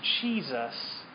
Jesus